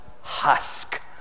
husk